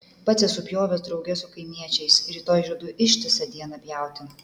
pats esu pjovęs drauge su kaimiečiais rytoj žadu ištisą dieną pjauti